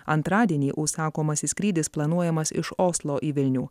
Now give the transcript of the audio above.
antradienį užsakomasis skrydis planuojamas iš oslo į vilnių